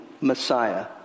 Messiah